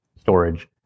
storage